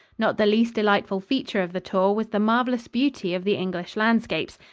not the least delightful feature of the tour was the marvelous beauty of the english landscapes,